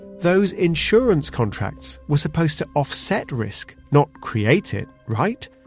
those insurance contracts were supposed to offset risk, not create it, right?